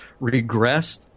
regressed